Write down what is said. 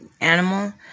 animal